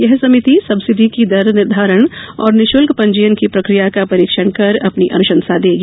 यह समिति सब्सिडी की दर निर्धारण और निःशुल्क पंजीयन की प्रक्रिया का परीक्षण कर अपनी अनुसंशा देगी